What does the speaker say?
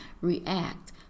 react